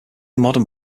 modern